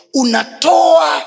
unatoa